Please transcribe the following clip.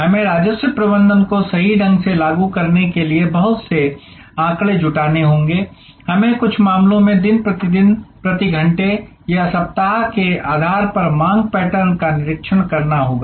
हमें राजस्व प्रबंधन को सही ढंग से लागू करने के लिए बहुत से आंकड़े जुटाने होंगे हमें कुछ मामलों में दिन प्रतिदिन प्रति घंटे या सप्ताह के आधार पर मांग पैटर्न का निरीक्षण करना होगा